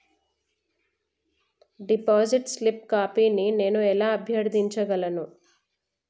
Deposit slip కాపీని నేను ఎలా అభ్యర్థించగలను?